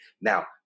Now